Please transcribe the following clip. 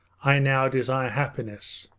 i now desire happiness.